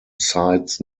sites